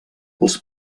els